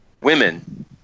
women